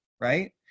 Right